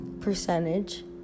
percentage